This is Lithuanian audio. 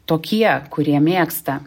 tokie kurie mėgsta